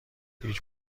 هیچ